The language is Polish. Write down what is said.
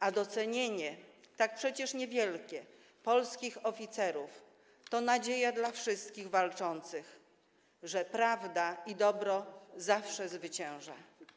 a docenienie - przecież tak niewielkie - polskich oficerów to nadzieja dla wszystkich walczących, że prawda i dobro zawsze zwyciężą.